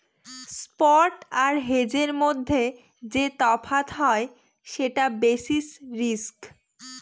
spot আর হেজের মধ্যে যে তফাৎ হয় সেটা বেসিস রিস্ক